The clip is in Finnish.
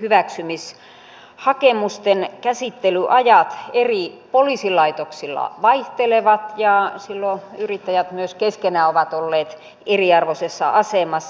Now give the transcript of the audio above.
hyväksymishakemusten käsittelyajat eri poliisilaitoksilla vaihtelevat ja silloin yrittäjät myös keskenään ovat olleet eriarvoisessa asemassa